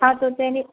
હા તો તેની